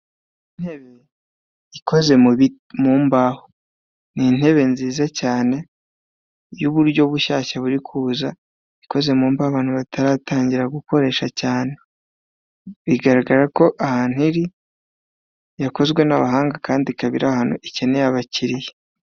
Intebe ikoze mubaho, ni intebe nziza cyane yuburyo bushyashya buri kuza ikoze mu mva abantu bataratangira gukoresha cyane, bigaragara ko ahantiri yakozwe n'abahanga kandi ikaba iri ahantu ikeneye abakiriya.